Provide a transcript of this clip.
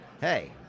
hey